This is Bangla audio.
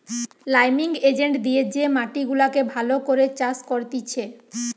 লাইমিং এজেন্ট দিয়ে যে মাটি গুলাকে ভালো করে চাষ করতিছে